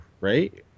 right